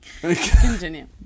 continue